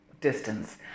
distance